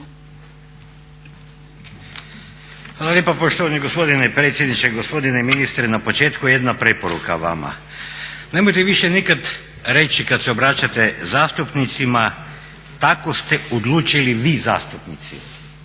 Hvala lijepo poštovani gospodine predsjedniče. Gospodine ministre na početku jedna preporuka vama. Nemojte više nikada reći kada se obraćate zastupnicima tako ste odlučili vi zastupnici.